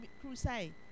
crusade